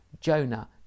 Jonah